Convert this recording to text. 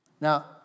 Now